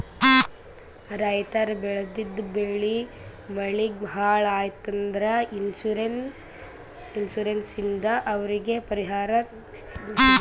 ರೈತರ್ ಬೆಳೆದಿದ್ದ್ ಬೆಳಿ ಮಳಿಗ್ ಹಾಳ್ ಆಯ್ತ್ ಅಂದ್ರ ಇನ್ಶೂರೆನ್ಸ್ ಇಂದ್ ಅವ್ರಿಗ್ ಪರಿಹಾರ್ ಸಿಗ್ಬಹುದ್